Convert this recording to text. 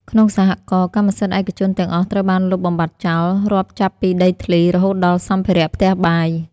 ក្នុងសហករណ៍ កម្មសិទ្ធិឯកជនទាំងអស់ត្រូវបានលុបបំបាត់ចោល រាប់ចាប់ពីដីធ្លី រហូតដល់សម្ភារៈផ្ទះបាយ។